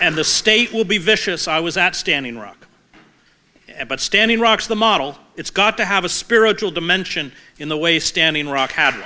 and the state will be vicious i was at standing rock and but standing rocks the model it's got to have a spiritual dimension in the way standing rock